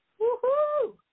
Woo-hoo